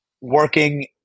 working